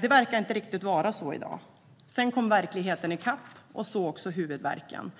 Det verkar inte riktigt vara så i dag. Verkligheten kom i kapp, så också huvudvärken.